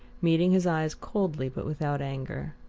meeting his eyes coldly but without anger.